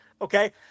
okay